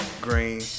green